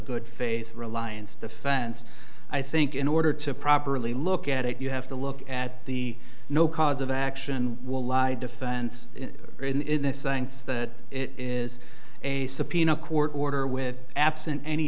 good faith reliance defense i think in order to properly look at it you have to look at the no cause of action will lie defense in the science that it is a subpoena a court order with absent any